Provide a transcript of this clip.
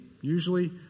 usually